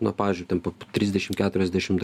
nu pavyzdžiui ten po trisdešim keturiasdešimt